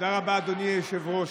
תודה רבה, אדוני היושב-ראש.